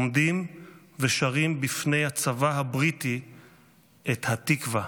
עומדים ושרים בפני הצבא הבריטי את התקווה